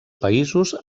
països